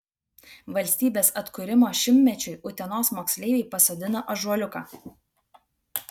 valstybės atkūrimo šimtmečiui utenos moksleiviai pasodino ąžuoliuką